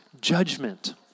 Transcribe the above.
judgment